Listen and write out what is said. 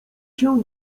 się